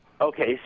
Okay